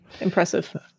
Impressive